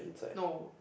no